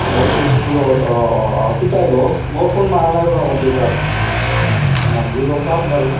অঁ তেজপুৰত অঁ অঁ অঁ কেতিয়া আহিব মই ফোন মৰা নাই ৰ'বা বৰদেউতাক মাৰিলে গম পাম বাৰু